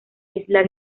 isla